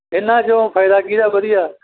ਇਹਨਾਂ 'ਚੋਂ ਫਾਇਦਾ ਕਿਹਦਾ ਵਧੀਆ